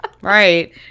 right